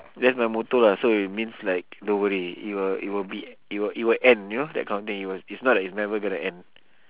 that's my motto lah so it means like don't worry it it will it will be it will it well end you know that kind of thing it will it's not like it's never gonna end